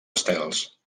estels